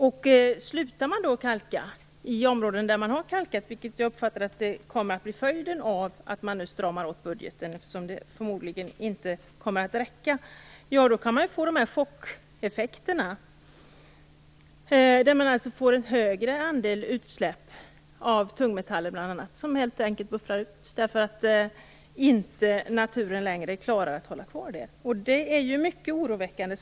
Om man slutar kalka i områden där man har kalkat, vilket jag uppfattar kommer att bli följden av att man nu stramar åt budgeten eftersom resurserna förmodligen inte kommer att räcka, kan man få chockeffekter där andelen utsläpp ökar av bl.a. tungmetaller som helt enkelt lakas ut därför att naturen inte längre klarar att hålla kvar dem. Det är mycket oroväckande.